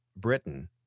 Britain